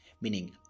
Meaning